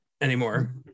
anymore